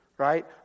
Right